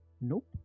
Nope